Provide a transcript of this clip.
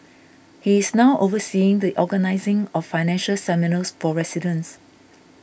he is now overseeing the organising of financial seminars for residents